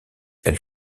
elle